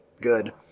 good